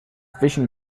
vision